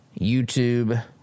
YouTube